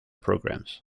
programs